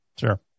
Sure